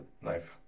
knife